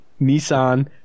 Nissan